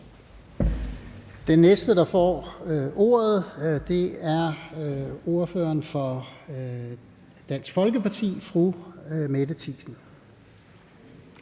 Den næste, der får ordet, er ordføreren for Dansk Folkeparti, fru Mette Thiesen.